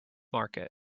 market